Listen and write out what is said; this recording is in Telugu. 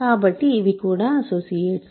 కాబట్టి ఇవి కూడా అసోసియేట్స్